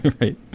Right